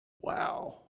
Wow